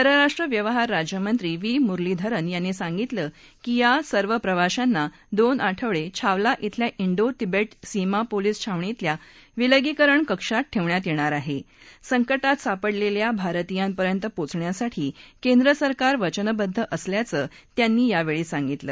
परराष्ट्र व्यवहार राज्यमंत्री व्ही मुरलीधरन यांनी सांगितलं की या सर्व प्रवाशांना दोन आठवडछावला ब्रिल्या ड्री तिबदसीमा पोलीस छावणीतल्या विलगीकरण कक्षात ठर्पियात यम्तीर आहा अंकटात सापडलखिा भारतीयांपर्यंत पोहोचण्यासाठी केंद्रसरकार वचनबद्द असल्याचं त्यांनी सांगितलं